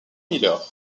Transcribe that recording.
miller